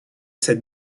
cette